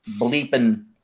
bleeping